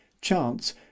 chance